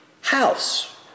House